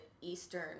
eastern